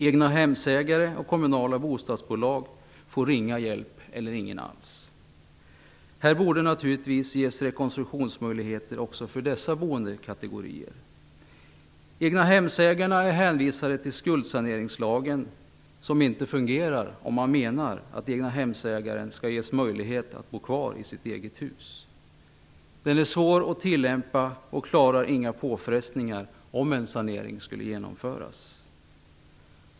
Egnahemsägare och kommunala bostadsbolag får ringa hjälp, eller ingen alls. Det borde naturligtvis ges rekonstruktionsmöjligheter också till dessa boendekategorier. Egnahemsägarna är hänvisade till skuldsaneringslagen, som inte fungerar om man menar att egnahemsägaren skall ges möjlighet att bo kvar i sitt eget hus. Lagen är svår att tillämpa och klarar inga påfrestningar om en sanering skulle genomföras.